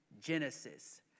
Genesis